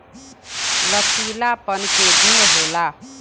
लचीलापन के गुण होला